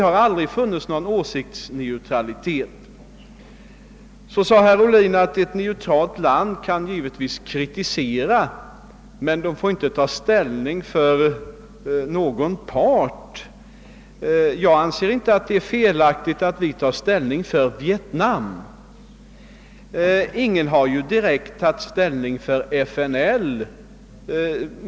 Herr Ohlin sade att ett neutralt land givetvis kan kritisera men att det inte får ta ställning för någon part. Jag anser det inte vara felaktigt att vi tar ställning för Vietnam; ingen har ju direkt tagit ställning för FNL.